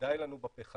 די לנו בפחם,